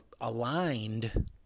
aligned